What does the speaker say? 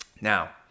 Now